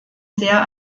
sehr